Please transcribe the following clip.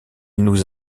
nous